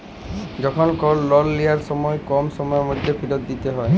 যখল কল লল লিয়ার সময় কম সময়ের ম্যধে ফিরত দিইতে হ্যয়